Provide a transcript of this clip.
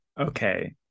okay